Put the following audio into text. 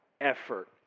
effort